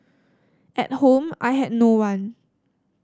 at home I had no one